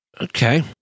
okay